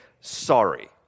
sorry